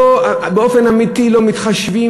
באופן אמיתי, לא מתחשבים.